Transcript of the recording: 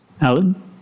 Alan